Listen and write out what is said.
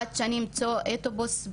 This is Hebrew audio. עד שאני אמצא אוטובוס,